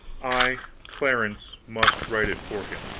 i, clarence, must write it for him.